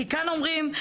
כי כאן אומרים,